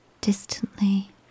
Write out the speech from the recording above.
distantly